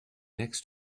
next